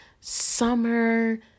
summer